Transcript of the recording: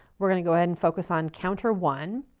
we're going to go ahead and focus on counter one.